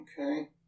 Okay